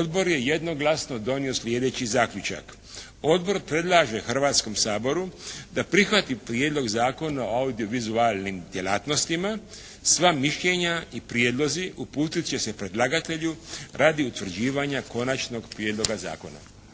odbor je jednoglasno donio slijedeći zaključak. Odbor predlaže Hrvatskom saboru da prihvati Prijedlog zakona o audiovizualnim djelatnostima. Sva mišljenja i prijedlozi uputit će se predlagatelju radi utvrđivanja konačnog prijedloga zakona.